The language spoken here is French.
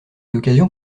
l’occasion